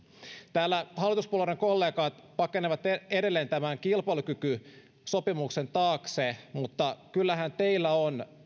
täällä hallituspuolueiden kollegat pakenevat edelleen tämän kilpailukykysopimuksen taakse mutta kyllähän teillä on